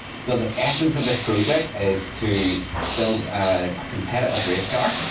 so the essence of this project is to build a competitive race car,